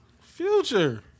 Future